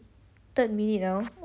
third minute now